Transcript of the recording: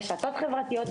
רשתות חברתיות,